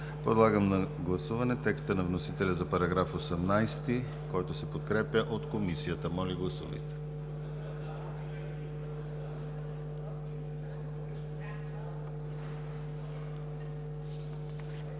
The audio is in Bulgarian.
Подлагам на гласуване текста на вносителя за § 18, който се подкрепя от Комисията. Гласували